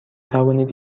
توانید